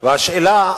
והשאלה,